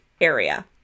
area